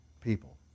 people